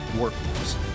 workforce